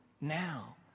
now